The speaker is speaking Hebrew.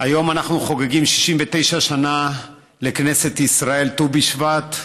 היום אנחנו חוגגים 69 שנה לכנסת ישראל, ט"ו בשבט,